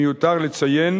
מיותר לציין